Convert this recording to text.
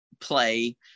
play